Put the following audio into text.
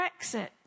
Brexit